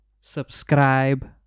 subscribe